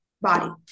body